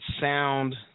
sound